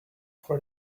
for